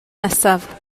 nesaf